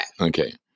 Okay